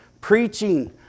Preaching